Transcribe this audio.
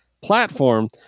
platform